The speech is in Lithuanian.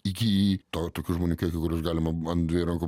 iki to toki žmonių kiekio galima an dviejų rankų